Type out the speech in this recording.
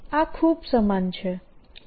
આ ખૂબ સમાન છે